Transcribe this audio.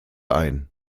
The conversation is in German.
ein